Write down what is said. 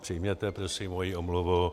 Přijměte prosím moji omluvu.